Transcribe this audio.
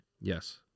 Yes